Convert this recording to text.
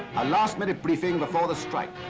a last minute briefing before the strike.